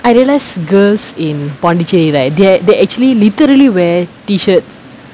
I realised girls in pondichery right there they actually literally wear T-shirts